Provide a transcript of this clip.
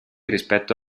rispetto